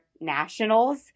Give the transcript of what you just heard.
nationals